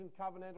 covenantal